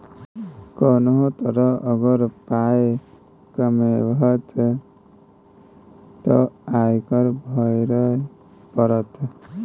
कोनो तरहे अगर पाय कमेबहक तँ आयकर भरइये पड़त